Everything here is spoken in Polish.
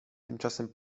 tymczasem